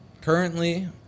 currently